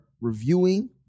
reviewing